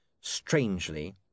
strangely